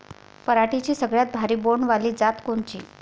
पराटीची सगळ्यात भारी बोंड वाली जात कोनची?